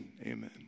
Amen